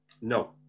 No